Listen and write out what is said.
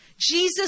Jesus